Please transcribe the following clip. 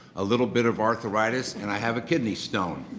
a little bit of arthritis, and i have a kidney stone.